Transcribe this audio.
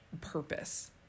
purpose